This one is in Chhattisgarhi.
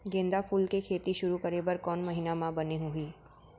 गेंदा फूल के खेती शुरू करे बर कौन महीना मा बने होही?